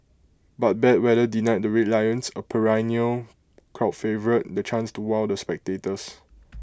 but bad weather denied the Red Lions A perennial crowd favourite the chance to wow the spectators